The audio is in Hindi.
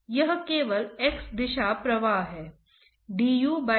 यही हमें खोजने की जरूरत है